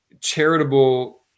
charitable